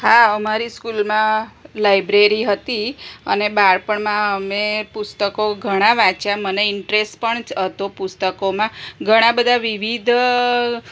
હા અમારી સ્કૂલમાં લાઇબ્રેરી હતી અને બાળપણમાં અમે પુસ્તકો ઘણા વાંચ્યા મને ઇન્ટરેસ્ટ પણ હતો પુસ્તકોમાં ઘણા બધા વિવિધ